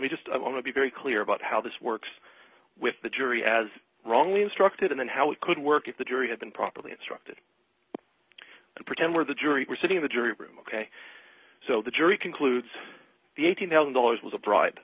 me just i want to be very clear about how this works with the jury as wrongly instructed and how it could work if the jury had been properly instructed and pretend we're the jury sitting in the jury room ok so the jury concludes the eighteen thousand dollars was a bri